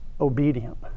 obedient